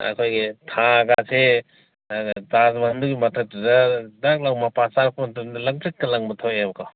ꯑꯩꯈꯣꯏꯒꯤ ꯊꯥꯒꯁꯦ ꯑꯗꯨꯅ ꯇꯥꯖ ꯃꯍꯜꯗꯨꯒꯤ ꯃꯊꯛꯇꯨꯗ ꯗꯛ ꯂꯥꯎ ꯃꯄꯥ ꯆꯥꯔꯛꯄ ꯃꯇꯝꯗꯨꯗ ꯂꯪꯊ꯭ꯔꯤꯛꯀ ꯂꯪꯅ ꯊꯣꯛꯑꯦꯕꯀꯣ